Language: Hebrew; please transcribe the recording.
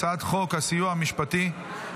אני קובע כי הצעת חוק הביטוח הלאומי (תיקון,